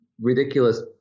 ridiculous